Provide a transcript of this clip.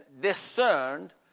discerned